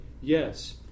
yes